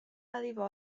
arrivò